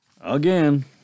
Again